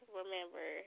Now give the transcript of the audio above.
remember